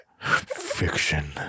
Fiction